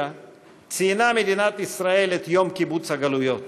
ציינה מדינת ישראל את יום קיבוץ הגלויות.